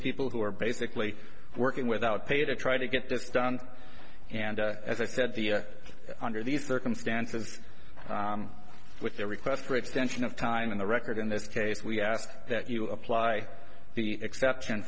people who were basically working without pay to try to get this done and as i said the under these circumstances with their request which tension of time in the record in this case we asked that you apply the exception